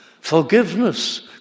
forgiveness